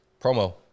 Promo